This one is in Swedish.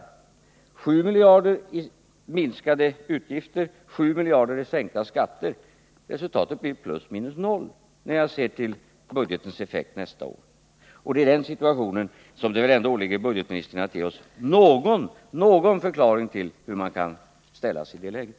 Resultatet av 7 miljarder i minskade utgifter och 7 miljarder i sänkta skatter blir ju plus minus noll, när man ser till budgetens effekt nästa år. Det är i den situationen som det ändå åligger budgetministern att ge oss någon förklaring till hur man kan ställa sig i det läget.